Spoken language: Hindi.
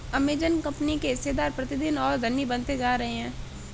अमेजन कंपनी के हिस्सेदार प्रतिदिन और धनी बनते जा रहे हैं